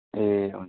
ए हुन्छ